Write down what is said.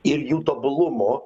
ir jų tobulumo